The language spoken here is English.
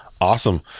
Awesome